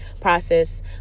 process